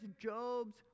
Job's